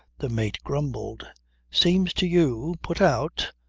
the mate grumbled seems to you. putout.